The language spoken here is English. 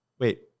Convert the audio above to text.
wait